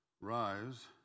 rise